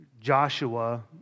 Joshua